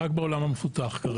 רק בעולם המפותח כרגע.